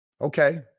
Okay